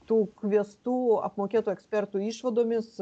tų kviestų apmokėtų ekspertų išvadomis